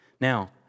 Now